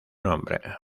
nombre